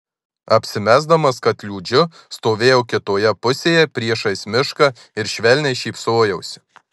apsimesdamas kad liūdžiu stovėjau kitoje pusėje priešais mišką ir švelniai šypsojausi